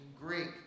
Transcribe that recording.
Greek